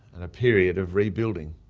and a period of rebuilding.